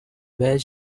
badge